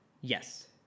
Yes